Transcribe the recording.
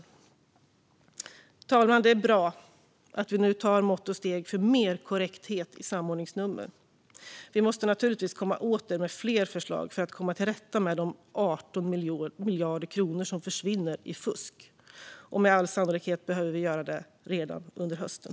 Fru talman! Det är bra att vi nu tar mått och steg för mer korrekthet när det gäller samordningsnummer. Vi måste naturligtvis återkomma med fler förslag för att komma till rätta med de 18 miljarder kronor som försvinner i fusk. Med all sannolikhet behöver vi göra det redan under hösten.